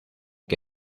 que